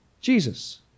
Jesus